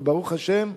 וברוך השם,